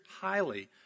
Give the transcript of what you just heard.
highly